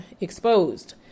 exposed